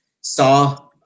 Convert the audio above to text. saw